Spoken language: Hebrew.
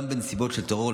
גם בנסיבות של טרור,